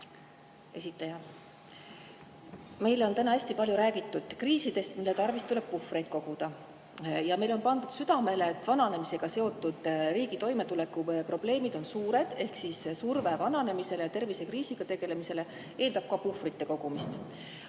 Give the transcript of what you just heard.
esineja! Meil on täna hästi palju räägitud kriisidest, mille tarvis tuleb puhvreid koguda. Meile on pandud südamele, et vananemisega seotud riigi toimetuleku probleemid on suured ehk surve vananemisega ja tervisekriisiga tegelemiseks eeldab puhvrite kogumist.